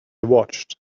watched